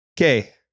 Okay